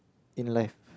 in life